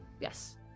Yes